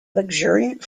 luxuriant